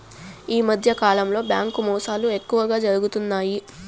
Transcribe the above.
ఈ మధ్యకాలంలో బ్యాంకు మోసాలు ఎక్కువగా జరుగుతున్నాయి